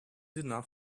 enough